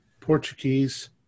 Portuguese